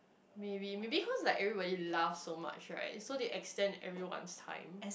maybe maybe cause like everybody laugh so much right so they extend everyone's time